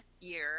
year